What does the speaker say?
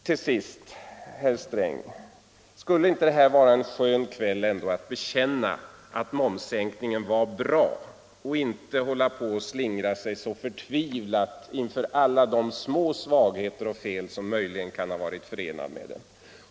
Till sist, herr Sträng, en fråga: Skulle det inte vara skönt att i kväll bekänna att momssänkningen var bra i stället för att hålla på och slingra sig så förtvivlat genom att tala om de små svagheter och fel som möjligen kan ha varit förenade med den?